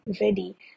ready